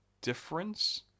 difference